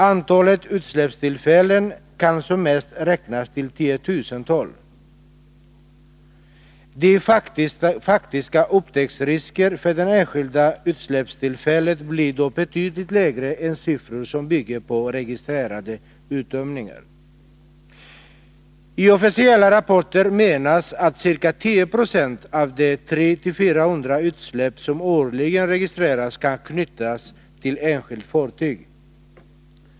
Antalet utsläppstillfällen kan som mest räknas i tiotusental. Den faktiska risken för upptäckt vid det enskilda utsläppstillfället blir då betydligt lägre än vad siffror som bygger på registrerade uttömningar visar. I officiella rapporter menas att ca 10 96 av de 300-400 utsläpp som årligen registreras kan knytas till enskilt fartyg.